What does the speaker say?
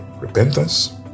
repentance